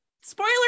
Spoiler